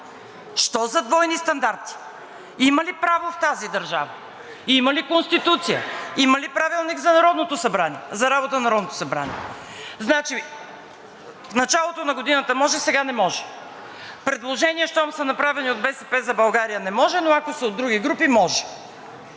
Що за двойни стандарти? Има ли право в тази държава? Има ли Конституция? Има ли Правилника за работа на Народното събрание? Значи, в началото на годината може, сега не може? Предложения, щом са направени от „БСП за България“, не може, но ако са от други групи може?!